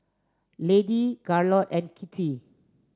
Lady Garold and Kitty